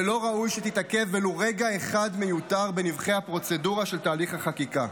ולא ראוי שתתעכב ולו רגע אחד מיותר בנבכי הפרוצדורה של תהליך החקיקה.